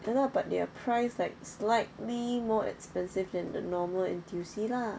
ya lah but their price like slightly more expensive than the normal N_T_U_C lah